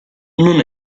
non